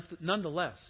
nonetheless